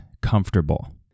comfortable